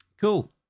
Cool